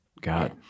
God